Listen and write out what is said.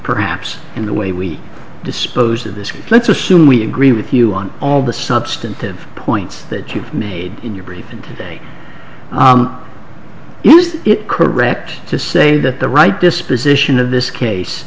perhaps in the way we dispose of this let's assume we agree with you on all the substantive points that you made in your briefing today you used it correct to say that the right disposition of this case